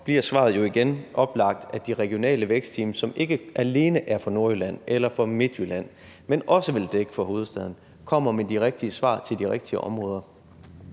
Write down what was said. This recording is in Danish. bliver svaret jo igen det oplagte, nemlig at de regionale vækstteams, som ikke alene dækker Nordjylland eller Midtjylland, men også vil dække hovedstaden, vil komme med de rigtige svar til de enkelte områder.